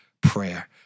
prayer